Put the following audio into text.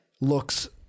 looks